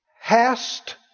hast